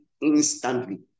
instantly